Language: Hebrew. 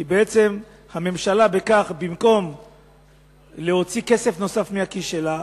כי בעצם הממשלה, במקום להוציא כסף נוסף מכיסה,